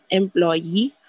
employee